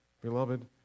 Beloved